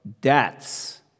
debts